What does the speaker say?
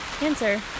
answer